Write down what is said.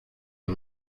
les